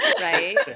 Right